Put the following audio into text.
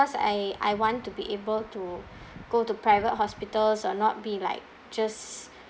I I want to be able to go to private hospitals uh not be like just